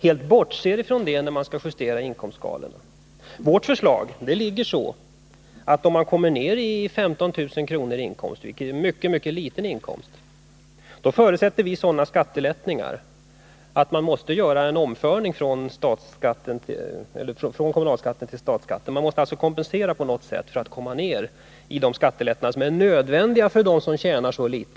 Vårt förslag är utformat så, att vi när man kommer ner i 15 000 kr. i inkomst — vilket är en mycket liten inkomst — förutsätter sådana skattelättnader att det måste göras en omfördelning från kommunalskatt till statsskatt. Man måste alltså kompensera kommunerna på något sätt för att åstadkomma de skattelättnader som är nödvändiga för dem som tjänar så litet.